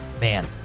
Man